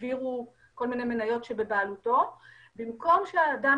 הכול בגלל שאנחנו מזדהים,